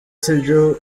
sibyo